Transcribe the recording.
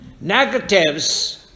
Negatives